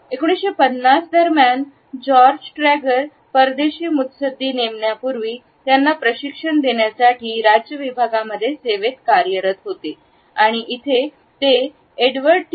1950 दरम्यान George Trager परदेशी मुत्सद्दी नेमण्यापूर्वी त्यांना प्रशिक्षण देण्यासाठी राज्य विभागामध्ये सेवेत कार्यरत होते आणि इथे तो एडवर्ड टी